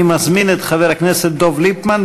אני מזמין את חבר הכנסת דב ליפמן,